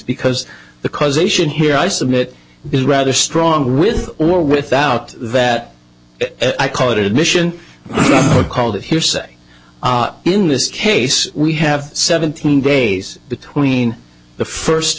because the causation here i submit is rather strong with or without that i call it admission are called here say in this case we have seventeen days between the first